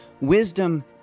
Wisdom